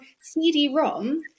CD-ROM